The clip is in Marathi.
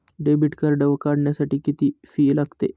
डेबिट कार्ड काढण्यासाठी किती फी लागते?